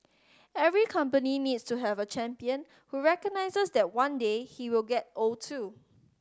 every company needs to have a champion who recognises that one day he will get old too